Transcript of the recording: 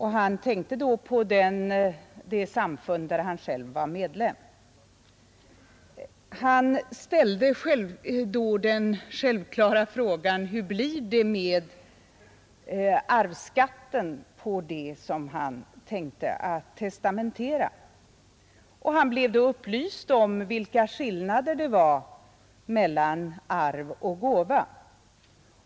Han tänkte då på det samfund där han själv var medlem, och han ställde den självklara frågan: Hur blir det med arvsskatten på det som testamenteras? Han blev då upplyst om vilka skillnader det var mellan arv och gåva.